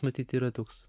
matyt yra toks